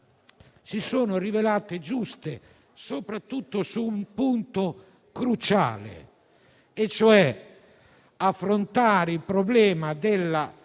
si siano rivelate giuste, soprattutto su un punto cruciale: affrontare il problema della